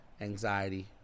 anxiety